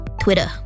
Twitter